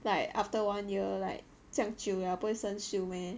like after one year like 这样久了不会生锈 meh